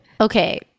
Okay